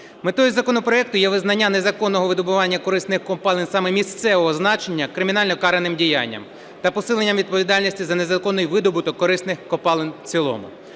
Метою законопроекту є визнання незаконного видобування корисних копалин саме місцевого значення кримінально караним діянням та посилення відповідальності за незаконний видобуток корисних копалин в цілому.